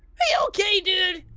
hey ok, dude?